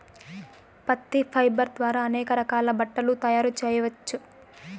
పత్తి ఫైబర్ ద్వారా అనేక రకాల బట్టలు తయారు చేయచ్చు